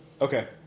Okay